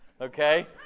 Okay